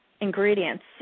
ingredients